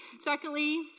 Secondly